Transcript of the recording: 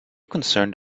concerned